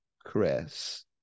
chris